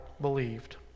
believed